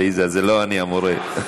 עליזה, לא אני המורה.